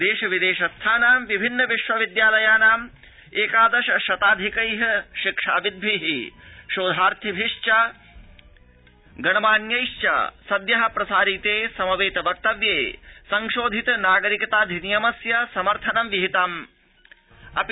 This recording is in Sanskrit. देश विदेशस्थानां विभिन्न विश्वविद्यालयानाम् एकादश शताधिकै शिक्षाविद्धि शोधार्थिभि गणमान्यैश्च सद्य प्रसारिते समवेत वक्तव्ये संशोधित नागरिकताऽधिनियमस्य समर्थनं विहितमस्ति